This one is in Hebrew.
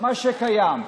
מה שקיים.